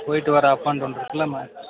போயிவிட்டு வர்ற up and down ஃபுல்லாமே